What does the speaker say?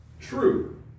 True